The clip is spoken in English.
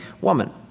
woman